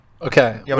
Okay